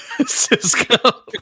Cisco